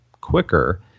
quicker